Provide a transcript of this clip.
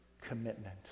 commitment